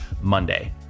Monday